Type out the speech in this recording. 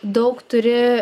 daug turi